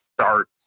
start